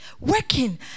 working